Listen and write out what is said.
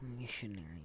missionary